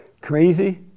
Crazy